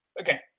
Okay